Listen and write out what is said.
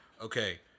okay